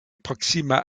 proksima